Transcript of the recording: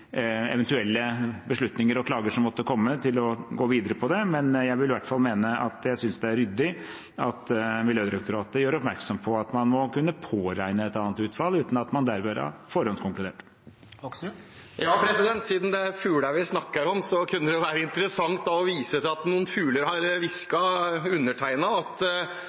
eventuelle beslutninger og klager som måtte komme, og gå videre på det, men jeg vil i hvert fall mene at jeg syns det er ryddig at Miljødirektoratet gjør oppmerksom på at man må kunne påregne et annet utfall, uten at man derved har forhåndskonkludert. Siden det er fugler vi snakker om, kunne det være interessant å vise til at noen fugler har hvisket til undertegnede at